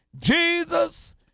Jesus